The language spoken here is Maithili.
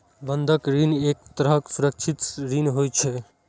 बंधक ऋण एक तरहक सुरक्षित ऋण होइ छै